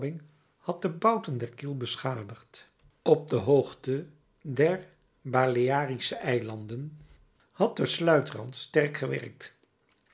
had de bouten der kiel beschadigd op de hoogte der balearische eilanden had de sluitrand sterk gewerkt